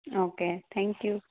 okay thank you